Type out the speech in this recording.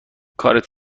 کارت